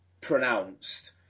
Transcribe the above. pronounced